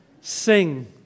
sing